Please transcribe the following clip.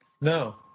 No